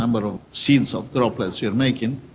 um but of seeds of droplets you are making,